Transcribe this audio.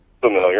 Familiar